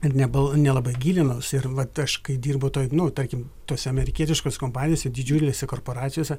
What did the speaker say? ir nebal nelabai gilinausi ir vat aš kai dirbau toj nu tarkim tose amerikietiškose kompanijose didžiulėse korporacijose